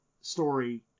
story